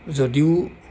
যদিও